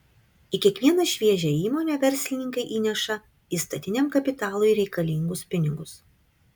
į kiekvieną šviežią įmonę verslininkai įneša įstatiniam kapitalui reikalingus pinigus